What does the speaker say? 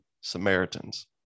Samaritans